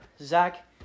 zach